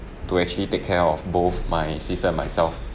to actually take care of both my sister and myself